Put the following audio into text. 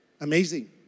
Amazing